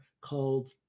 called